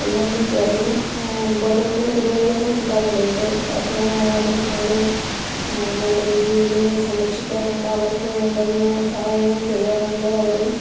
എല്ലാവരും ചേർന്ന് ബോധവൽകരണ പരിപാടികളൊക്കെ നടത്താറുണ്ട് ഏത് അസുഖമായാലും അവരെ നല്ല രീതിയില് സംരക്ഷിക്കാറുണ്ട് അവർക്ക് വേണ്ടുന്ന സഹായങ്ങൾ ചെയ്യാറുണ്ട് അവരെ